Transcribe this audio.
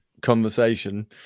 conversation